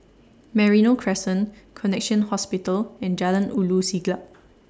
Merino Crescent Connexion Hospital and Jalan Ulu Siglap